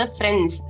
friends